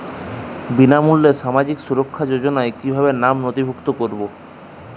বিনামূল্যে সামাজিক সুরক্ষা যোজনায় কিভাবে নামে নথিভুক্ত করবো?